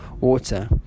water